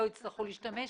לא יצטרכו להשתמש.